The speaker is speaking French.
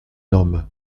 homme